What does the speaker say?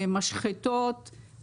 משחטות,